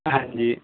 ਹਾਂਜੀ